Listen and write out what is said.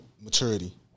maturity